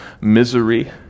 misery